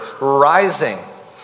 rising